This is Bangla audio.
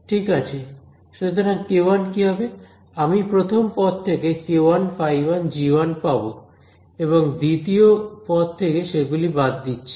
ঠিক আছে সুতরাং k1 কি হবে আমি প্রথম পদ থেকে k1ϕ1g1 পাব এবং দ্বিতীয় পদ থেকে সেগুলি বাদ দিচ্ছি